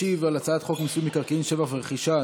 ישיב על הצעת חוק מיסוי מקרקעין (שבח ורכישה)